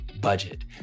budget